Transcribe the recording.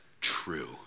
true